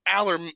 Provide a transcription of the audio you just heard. Aller